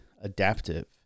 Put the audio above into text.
adaptive